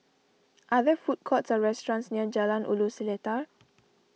are there food courts or restaurants near Jalan Ulu Seletar